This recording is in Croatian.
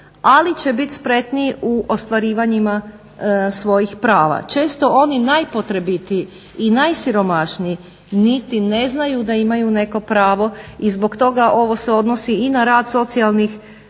ali će bit spretniji u ostvarivanjima svojih prava. Često oni najpotrebitiji i najsiromašniji niti ne znaju da imaju neko pravo i zbog toga ovo se odnosi i na rad socijalnih